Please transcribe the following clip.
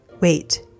Wait